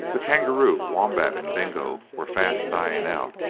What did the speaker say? the kangaroo, wombat, and dingo were fast dying out,